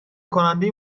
کننده